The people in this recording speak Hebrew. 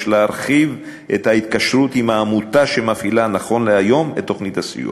להרחיב את ההתקשרות עם העמותה שמפעילה נכון להיום את תוכנית הסיוע.